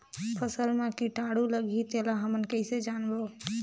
फसल मा कीटाणु लगही तेला हमन कइसे जानबो?